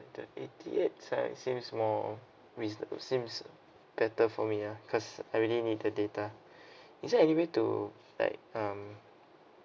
the eighty eight like seems more reasonable seems better for me ya because I really need the data is there anyway to like um